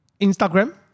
Instagram